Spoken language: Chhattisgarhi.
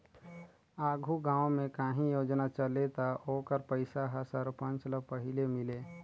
आघु गाँव में काहीं योजना चले ता ओकर पइसा हर सरपंच ल पहिले मिले